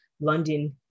London